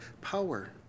power